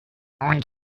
und